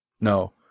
No